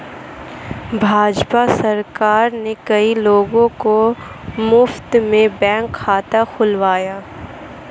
भाजपा सरकार ने कई लोगों का मुफ्त में बैंक खाता खुलवाया